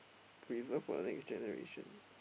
preserve for the next generation